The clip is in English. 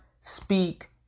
speak